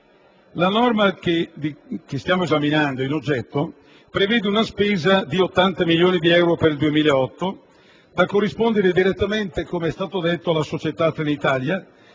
La norma che stiamo esaminando prevede una spesa di 80 milioni di euro per il 2008, da corrispondere direttamente alla società Trenitalia